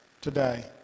today